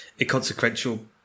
inconsequential